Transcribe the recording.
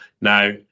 Now